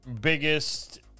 biggest